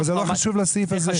אבל זה לא חשוב לסעיף הזה.